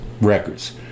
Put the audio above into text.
records